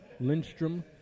Lindstrom